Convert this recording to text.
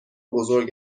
بزرگ